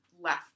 left